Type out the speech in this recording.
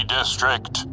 District